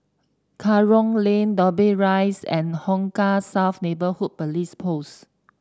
Kerong Lane Dobbie Rise and Hong Kah South Neighbourhood Police Post